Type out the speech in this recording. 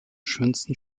schönsten